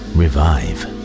revive